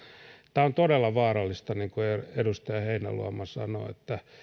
tämä on todella vaarallista niin kuin edustaja heinäluoma sanoi